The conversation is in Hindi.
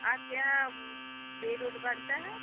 आपके यहाँ बेड ओड बनता है